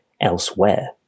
elsewhere